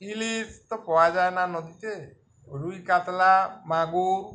ইলিশ তো পাওয়া যায় না নদীতে রুই কাতলা মাগু